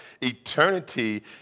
Eternity